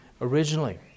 originally